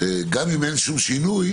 גם אם אין שום שינוי,